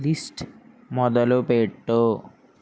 list మొదలుపెట్టు